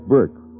Burke